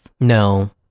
No